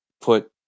put